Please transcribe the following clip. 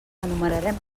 enumerarem